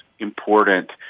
important